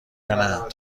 یانه